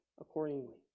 accordingly